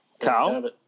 Cow